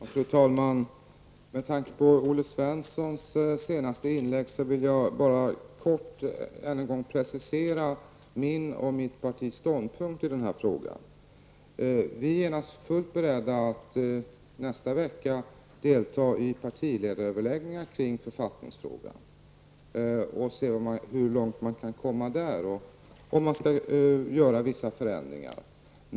Fru talman! Med tanke på Olle Svenssons senaste inlägg vill jag bara helt kort än en gång precisera min och mitt partis ståndpunkt i denna fråga. Vi är naturligtvis fullt beredda att nästa vecka delta i partiledaröverläggningar i författningsfrågan för att se hur långt man kan komma och om det är möjligt att göra vissa förändringar.